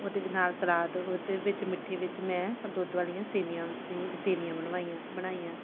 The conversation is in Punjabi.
ਉਹਦੇ ਨਾਲ ਸਲਾਦ ਉਹਦੇ ਵਿੱਚ ਮਿੱਠੇ ਵਿੱਚ ਮੈਂ ਦੁੱਧ ਵਾਲੀਆਂ ਸੇਵੀਆਂ ਦੀ ਸੇਵੀਆਂ ਬਣਵਾਈਆਂ ਬਣਾਈਆਂ